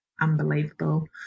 unbelievable